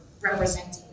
representing